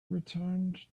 returned